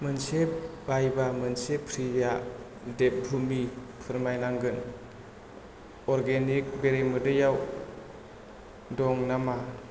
मोनसे बायबा मोनसे फ्रिआ देबभुमि फोरमायनांगोन अर्गेनिक बेरेमोदैआव दं नामा